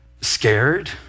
scared